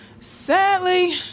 sadly